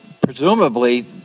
presumably